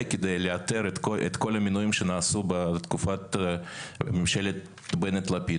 כדי לאתר את כל המינויים שנעשו בתקופת ממשלת בנט לפיד